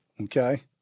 okay